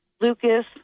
Lucas